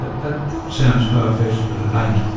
that sounds far-fetched, but it ain't.